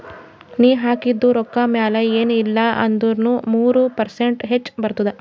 ನೀ ಹಾಕಿದು ರೊಕ್ಕಾ ಮ್ಯಾಲ ಎನ್ ಇಲ್ಲಾ ಅಂದುರ್ನು ಮೂರು ಪರ್ಸೆಂಟ್ರೆ ಹೆಚ್ ಬರ್ತುದ